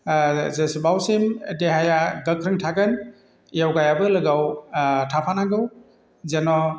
जेसेबांसिम देहाया गोख्रों थागोन योगायाबो लोगोआव थाफानांगौ जेन'